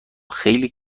خیلی